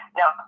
now